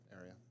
area